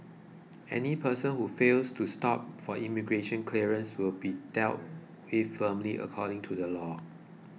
any person who fails to stop for immigration clearance will be dealt with firmly according to the law